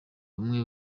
bamwe